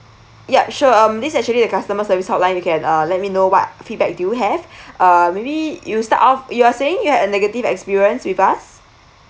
yup sure um this actually the customer service hotline you can uh let me know what feedback do you have uh maybe you start off you are saying you had a negative experience with us